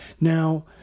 Now